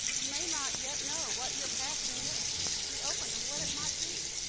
you may not yet know what your passion is. be open to what it might be.